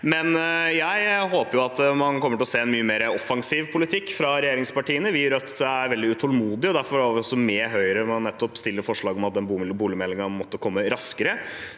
Men jeg håper at man kommer til å se en mye mer offensiv politikk fra regjeringspartiene. Vi i Rødt er veldig utålmodige, og derfor var vi også med Høyre nettopp på å sette fram forslag om at den boligmeldingen måtte komme raskere.